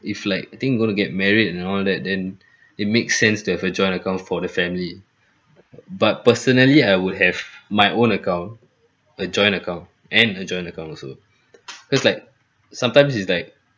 if like I think gonna get married and all that then it makes sense to have a joint account for the family but personally I would have my own account a joint account and a joint account also cause like sometimes is like